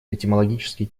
этимологически